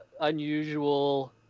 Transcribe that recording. unusual